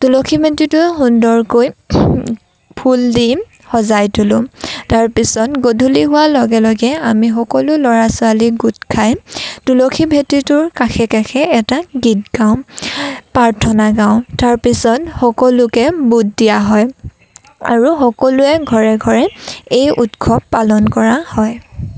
তুলসী ভেটিটো সুন্দৰকৈ ফুল দিম সজাই তুলিম তাৰপিছত গধূলি হোৱাৰ লগে লগে আমি সকলো ল'ৰা ছোৱালী গোট খাই তুলসী ভেটিটোৰ কাষে কাষে এটা গীত গাওঁ প্ৰাৰ্থনা গাওঁ তাৰপিছত সকলোকে বুট দিয়া হয় আৰু সকলোৰে ঘৰে ঘৰে এই উৎসৱ পালন কৰা হয়